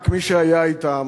רק מי שהיה אתם